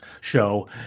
show